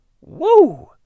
Woo